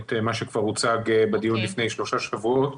את מה שכבר הוצג בדיון לפני שלושה שבועות.